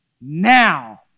now